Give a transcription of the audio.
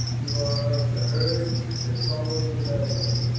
you are of the herd that follow the bell wether.